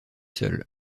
seul